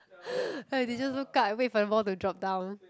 like they just look up and wait for the ball to drop down